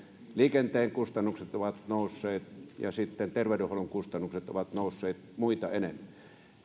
liikenteen kustannukset ovat nousseet ja sitten terveydenhuollon kustannukset ovat nousseet muita enemmän